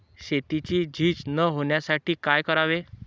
शेतीची झीज न होण्यासाठी काय करावे?